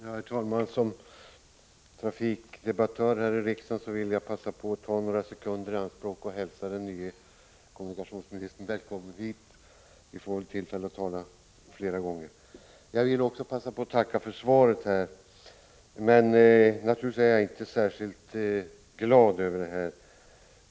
Herr talman! Som trafikfrågedebattör här i riksdagen vill jag passa på att ta några sekunder i anspråk och hälsa den nye kommunikationsministern välkommen hit. Vi kommer säkert att få många tillfällen att diskutera trafikfrågor. Jag vill också tacka för svaret. Naturligtvis är jag inte särskilt glad över det.